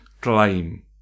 claim